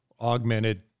augmented